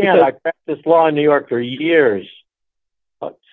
just like this law in new york for years